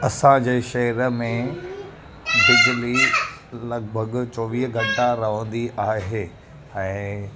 असांजे शहर में बिजली लॻभॻि चोवीह घंटा रहंदी आहे ऐं